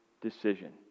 decision